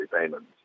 repayments